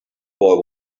boy